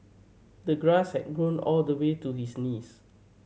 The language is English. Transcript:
the grass had grown all the way to his knees